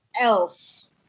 else